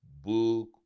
book